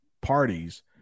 parties